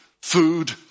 food